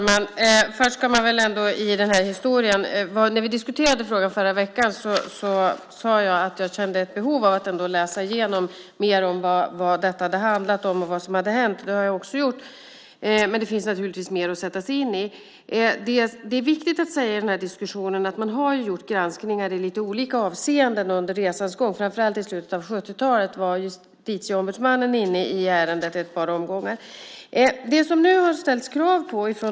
Herr talman! När vi diskuterade frågan i förra veckan sade jag att jag kände ett behov av att läsa mer om vad detta hade handlat om och vad som hade hänt. Det har jag också gjort. Men det finns mer att sätta sig in i. Det är viktigt att säga i diskussionen att man har gjort granskningar i olika avseenden under resans gång. Framför allt under slutet av 70-talet var Justitieombudsmannen inne i ärendet i ett par omgångar. Det har från dessa kvinnor nu ställts krav.